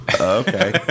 Okay